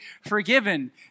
forgiven